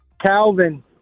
Calvin